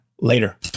Later